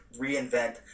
reinvent